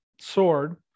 sword